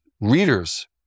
readers